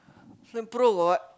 turn pro for what